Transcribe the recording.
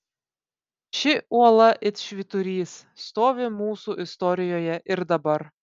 ši uola it švyturys stovi mūsų istorijoje ir dabar